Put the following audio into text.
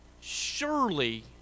Surely